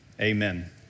amen